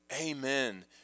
Amen